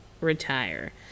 retire